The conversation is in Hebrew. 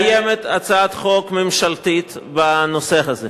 קיימת הצעת חוק ממשלתית בנושא הזה.